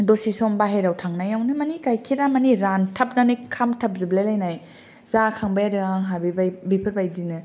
दसे सम बाहेरायाव थांनायावनो मानि गाइखेरा मानि रानथाबनानै खामथाब जोबलाय लायनाय जाखांबाय आरो आंहा बेबाय बेफोरबायदिनो